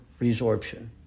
resorption